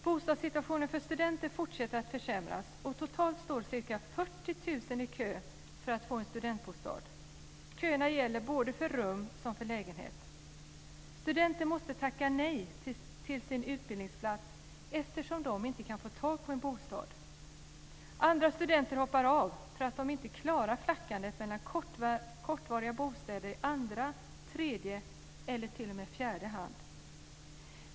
Bostadssituationen för studenter fortsätter att försämras, och totalt står ca 40 000 i kö för att få en studentbostad. Köerna gäller både för rum som för lägenhet. Studenter måste tacka nej till utbildningsplatser eftersom de inte kan få tag i en bostad. Andra studenter hoppar av för att de inte klarar flackandet mellan kortvariga bostäder i andra, tredje eller t.o.m. fjärde hand.